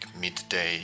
midday